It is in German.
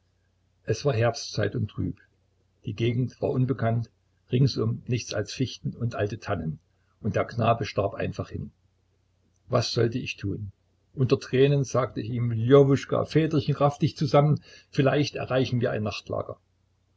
es war herbstzeit und trüb die gegend war unbekannt ringsum nichts als fichten und alte tannen und der knabe starb einfach hin was sollte ich tun unter tränen sagte ich ihm ljowuschka väterchen raff dich zusammen vielleicht erreichen wir ein nachtlager